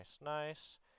nice